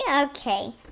okay